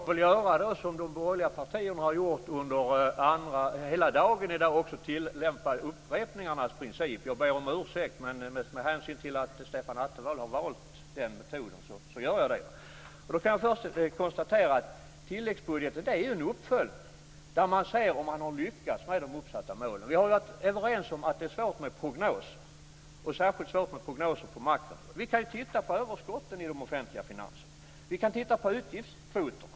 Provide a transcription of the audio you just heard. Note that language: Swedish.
Fru talman! Jag får väl göra som de borgerliga partierna har gjort under hela dagen, dvs. tillämpa upprepningarnas princip. Jag ber om ursäkt, men med hänsyn till att Stefan Attefall har valt den metoden så gör jag det också. Jag kan först konstatera att tilläggsbudgeten är en uppföljning, där man ser om man har lyckats med de uppsatta målen. Vi har varit överens om att det är svårt med prognoser, och särskilt svårt med prognoser på marknaden. Vi kan titta på överskotten i de offentliga finanserna. Vi kan titta på utgiftskvoterna.